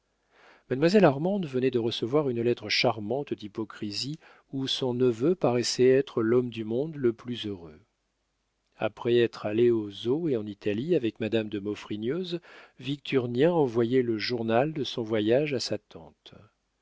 mademoiselle armande venait de recevoir une lettre charmante d'hypocrisie où son neveu paraissait être l'homme du monde le plus heureux après être allé aux eaux et en italie avec madame de maufrigneuse victurnien envoyait le journal de son voyage à sa tante